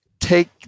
take